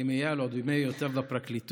עם איל, עוד מימי היותו בפרקליטות,